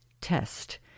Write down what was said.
test